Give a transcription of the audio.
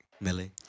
Millie